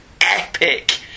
epic